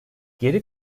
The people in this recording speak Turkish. geri